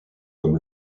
comme